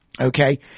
Okay